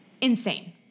insane